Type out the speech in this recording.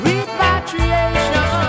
Repatriation